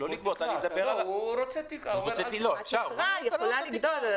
התקרה יכולה לגדול,